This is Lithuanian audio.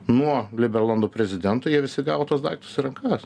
nuo liberlando prezidento jie visi gavo tuos daiktus į rankas